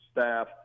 staff